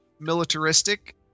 militaristic